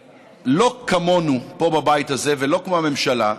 שלא כמונו פה בבית הזה ולא כמו הממשלה,